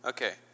Okay